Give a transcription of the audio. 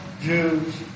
Jews